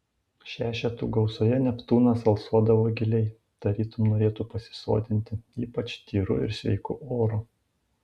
šešetų gausoje neptūnas alsuodavo giliai tarytum norėtų pasisotinti ypač tyru ir sveiku oru